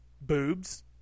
boobs